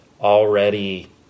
already